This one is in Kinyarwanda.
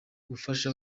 gufasha